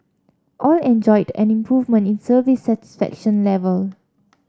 all enjoyed an improvement in service satisfaction level